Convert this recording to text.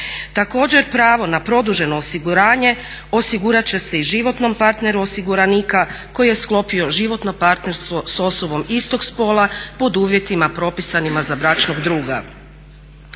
Također, pravo na produženo osiguranje osigurat će se i životnom partneru osiguranika koji je sklopio životno partnerstvo s osobom istog spola pod uvjetima propisanima za bračnog druga.